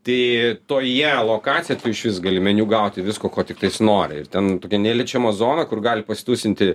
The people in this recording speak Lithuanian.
tai toje lokacijoj tu išvis gali meniu gauti visko ko tiktais nori ir ten tokia neliečiama zona kur gali pasitūsinti